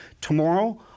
Tomorrow